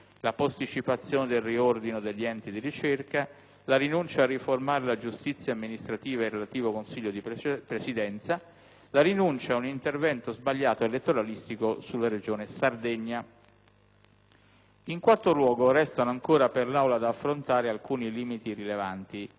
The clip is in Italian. la rinuncia a un intervento sbagliato ed elettoralistico sulla Regione Sardegna. In quarto luogo, restano ancora per l'Aula da affrontare alcuni limiti rilevanti, tra i quali quelli più importanti, oggetto dell'iniziativa emendativa del Partito Democratico, non modificati dal testo originario, che sono